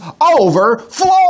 overflow